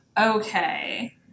Okay